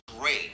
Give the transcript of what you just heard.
great